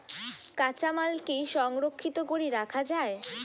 কাঁচামাল কি সংরক্ষিত করি রাখা যায়?